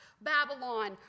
Babylon